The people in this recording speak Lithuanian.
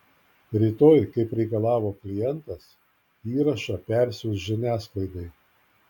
rytoj kaip reikalavo klientas įrašą persiųs žiniasklaidai